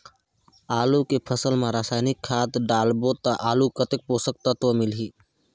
आलू के फसल मा रसायनिक खाद डालबो ता आलू कतेक पोषक तत्व मिलही?